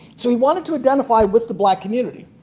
so he wanted to identify with the black community.